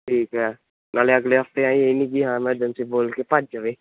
ਠੀਕ ਐ ਨਾਲੇ ਅਗਲੇ ਹਫ਼ਤੇ ਆਈਂ ਇਹ ਨੀ ਕੀ ਹਾਂ ਐਮਰਜੈਂਸੀ ਬੋਲ ਕੇ ਭੱਜ ਜਵੇ